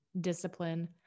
discipline